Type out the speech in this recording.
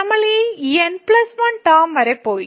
നമ്മൾ ഈ N 1 term വരെ പോയി